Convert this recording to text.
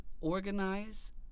organize